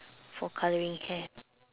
for colouring hair